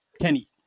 Kenny